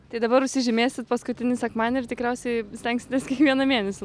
tai dabar užsižymėsit paskutinį sekmadienį ir tikriausiai stengsitės kiekvieną mėnesį